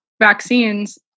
vaccines